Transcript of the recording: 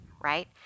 right